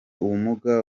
ubumuga